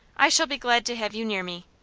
i shall be glad to have you near me.